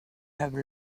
have